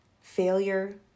failure